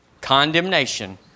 Condemnation